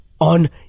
on